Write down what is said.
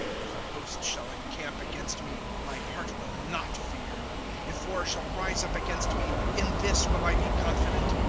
if a host shall encamp against me, my heart will not fear if war shall rise up against me. in this will i be confident.